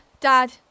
Dad